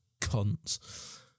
cunts